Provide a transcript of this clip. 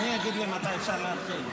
אדוני יגיד לי מתי אפשר להתחיל.